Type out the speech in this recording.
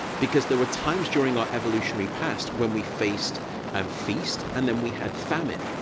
because there were times during our evolutionary past when we faced um feast and then we had famine.